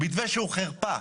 מתווה שהוא חרפה.